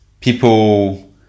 people